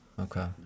Okay